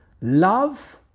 Love